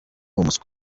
umuswa